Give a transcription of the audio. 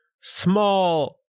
small